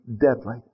deadly